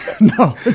no